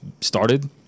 started